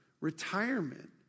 retirement